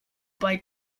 bei